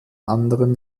anderen